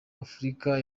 afurika